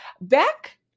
back